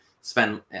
spend